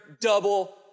double